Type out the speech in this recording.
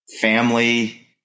family